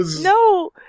No